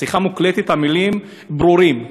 המילים ברורות.